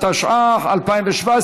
התשע"ח 2017,